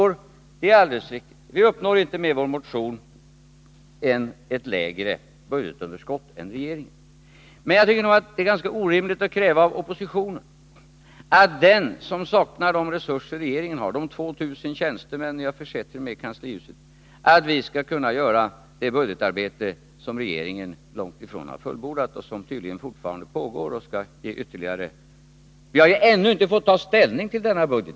Om våra motionsförslag genomförs, uppnår vi inte ett lägre budgetunderskott än regeringens, det är alldeles riktigt, men jag tycker att det är ganska orimligt att kräva av oppositionen som saknar regeringens resurser — de 2 000 tjänstemän som ni har försett er medi kanslihuset — att den skall kunna göra det budgetarbete som regeringen långt ifrån har fullbordat och som tydligen fortfarande pågår. Vi har ännu inte fått ta ställning till denna budget.